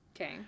Okay